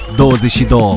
22